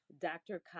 Dr